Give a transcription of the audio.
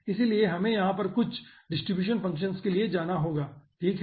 इसलिए हमें यहाँ पर कुछ डिस्ट्रीब्यूशन फंक्शन्स के लिए जाना होगा ठीक है